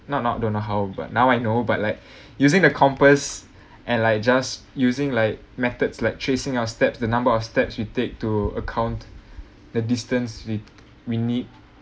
not not don't know how but now I know but like using the compass and like just using like methods like tracing our steps the number of steps we take to account the distance we we need